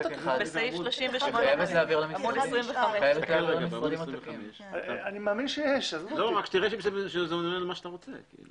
בעמוד 25. תראה שזה עונה על מה שאתה רוצה.